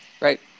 right